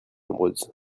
nombreuses